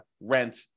rent